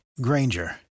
granger